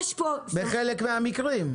יש פה תוספת סמכויות לממשלה בחלק מן המקרים.